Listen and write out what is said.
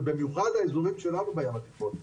ובמיוחד האזורים שלנו בים התיכון.